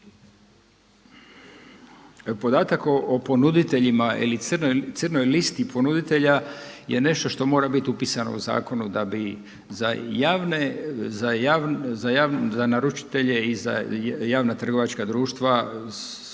Podatak o ponuditeljima ili crnoj listi ponuditelja je nešto što mora biti upisano u zakonu da bi za javne, za naručitelje i za javna trgovačka društva je